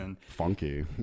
Funky